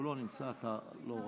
הוא לא נמצא, אתה לא רשאי.